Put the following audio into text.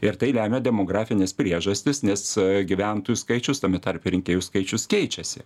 ir tai lemia demografinės priežastys nes gyventojų skaičius tame tarpe rinkėjų skaičius keičiasi